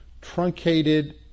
truncated